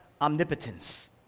omnipotence